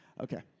Okay